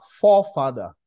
forefather